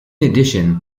addition